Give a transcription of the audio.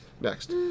Next